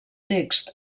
text